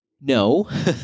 no